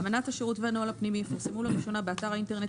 אמנת השירות והנוהל הפנימי יפורסמו לראשונה באתר האינטרנט